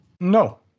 No